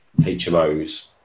HMOs